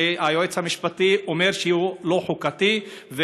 שהיועץ המשפטי אומר שהוא לא חוקתי.